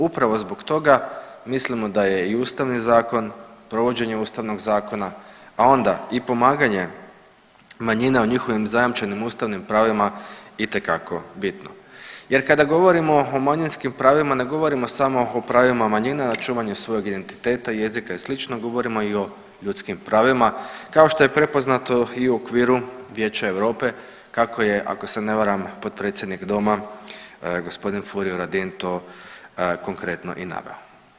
Upravo zbog toga mislimo da je i Ustavni zakon, provođenje Ustavnog zakona, a onda i pomaganje manjina u njihovih zajamčenim ustavnim pravima itekako bitno jer kada govorimo o manjinskim pravima ne govorimo samo o pravima manjina na čuvanje svojeg identiteta, jezika i slično, govorimo i o ljudskim pravima kao što je prepoznato i u okviru Vijeća Europe kako je ako se ne varam potpredsjednik doma gospodin Furio Radin to konkretno i naveo.